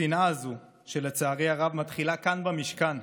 השנאה הזאת, שלצערי הרב מתחילה כאן במשכן.